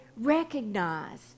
recognize